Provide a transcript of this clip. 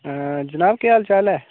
जनाब केह् हाल चाल ऐ